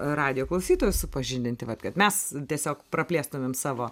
radijo klausytojus supažindinti vat kad mes tiesiog praplėstumėm savo